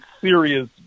serious